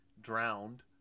drowned